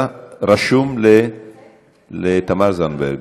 אתה רשום לתמר זנדברג.